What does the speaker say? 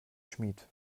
schmied